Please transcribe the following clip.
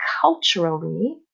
culturally